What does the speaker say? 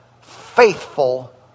faithful